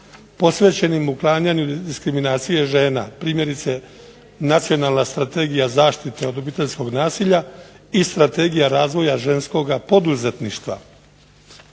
posvećenim uklanjanju diskriminacije žena. Primjerice Nacionalna strategije zaštite od obiteljskog nasilja i Strategija razvoja ženskoga poduzetništva.